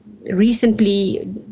recently